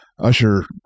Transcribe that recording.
usher